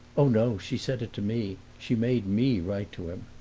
oh, no she said it to me. she made me write to him.